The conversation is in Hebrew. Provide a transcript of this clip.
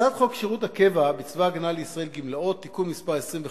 הצעת חוק שירות הקבע בצבא-הגנה לישראל (גמלאות) (תיקון מס' 25)